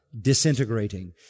disintegrating